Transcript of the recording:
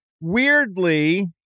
Weirdly